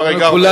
אתה הרי גר,